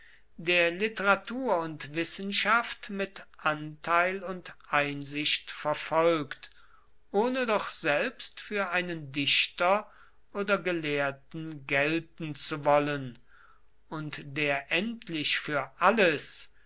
der literatur und wissenschaft mit anteil und einsicht verfolgt ohne doch selbst für einen dichter oder gelehrten gelten zu wollen und der endlich für alles